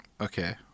Okay